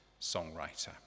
songwriter